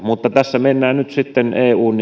mutta tässä mennään nyt sitten eun